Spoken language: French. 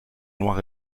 noir